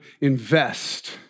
invest